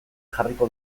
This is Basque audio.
jarriko